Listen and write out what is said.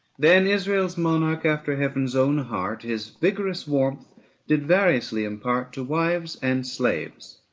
then israel's monarch after heaven's own heart his vigorous warmth did variously impart to wives and slaves,